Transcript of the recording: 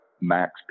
max